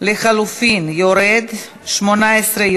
לחלופין יורד, 11,